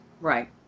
Right